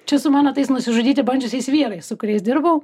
čia su mano tais nusižudyti bandžiusiais vyrais su kuriais dirbau